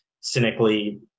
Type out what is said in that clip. cynically